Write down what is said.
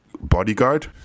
Bodyguard